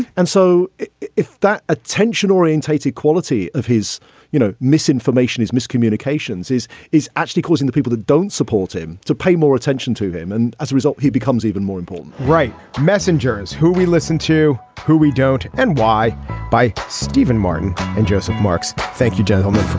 and so if that attention orientated quality of his you know misinformation is miscommunications is is actually causing the people that don't support him to pay more attention to them and as a result he becomes even more important right. messenger is who we listen to who we don't and why by stephen martin and joseph marks thank you gentlemen.